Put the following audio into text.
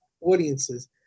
audiences